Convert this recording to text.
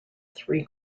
three